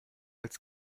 als